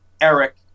Eric